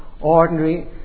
ordinary